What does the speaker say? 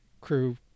crew